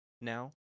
now